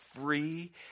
free